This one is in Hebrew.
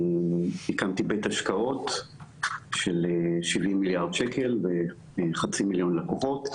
הקמתי בית השקעות של 70 מיליארד שקל וחצי מיליון לקוחות,